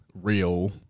real